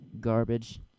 garbage